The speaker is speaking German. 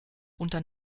unter